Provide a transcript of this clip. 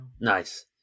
Nice